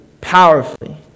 powerfully